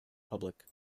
public